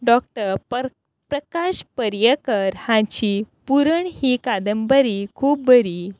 doctor पर प्रकाश पर्येंकार हांची पुरण ही कादंबरी खूब बरी